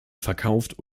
verkauft